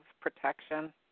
protection